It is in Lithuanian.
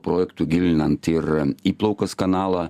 projektu gilinant ir įplaukos kanalą